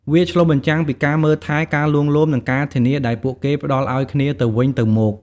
វាឆ្លុះបញ្ចាំងពីការមើលថែ ការលួងលោម និងការធានាដែលពួកគេផ្តល់ឲ្យគ្នាទៅវិញទៅមក។